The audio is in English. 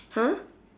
!huh!